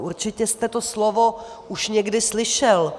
Určitě jste to slovo už někdy slyšel.